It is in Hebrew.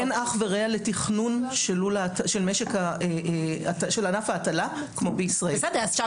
אין אח ורע לתכנון של ענף ההטלה כמו בישראל.